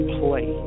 play